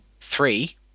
three